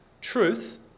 truth